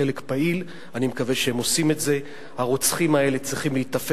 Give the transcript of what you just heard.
הם צריכים לקחת חלק פעיל.